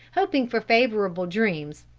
hoping for favorable dreams,